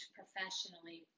professionally